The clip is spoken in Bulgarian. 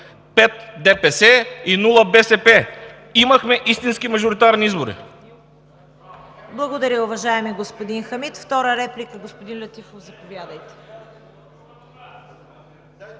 и нула – БСП! Имахме истински мажоритарни избори!